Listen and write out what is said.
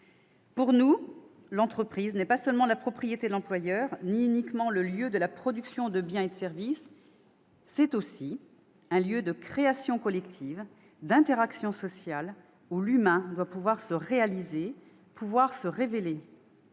Pour nous, l'entreprise n'est pas seulement la propriété de l'employeur, ni uniquement le lieu de la production de biens et de services ; c'est aussi un lieu de création collective et d'interaction sociale où l'être humain doit pouvoir se réaliser et se révéler.